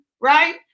right